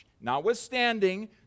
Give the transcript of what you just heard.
notwithstanding